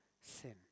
sin